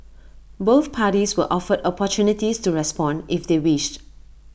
both parties were offered opportunities to respond if they wished